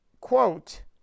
quote